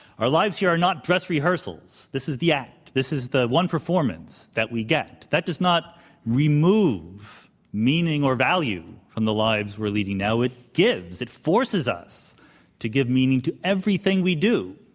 our lives here are not dress rehearsals. this is the act. this is the one performance that we get. that does not remove meaning or value from the lives we're leading now. it gives it forces us to give meaning to everything we do,